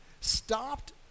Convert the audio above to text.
stopped